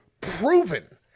proven